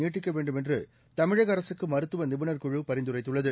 நீட்டிக்க வேண்டுமென்று தமிழக அரசுக்கு மருத்துவ நிபுணர்குழு பரிந்துரைத்துள்ளது